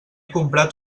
comprat